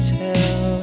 tell